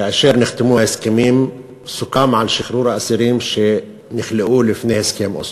כאשר נחתמו ההסכמים סוכם על שחרור האסירים שנכלאו לפני הסכם אוסלו.